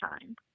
time